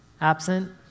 absent